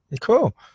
Cool